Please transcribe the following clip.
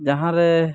ᱡᱟᱦᱟᱸᱨᱮ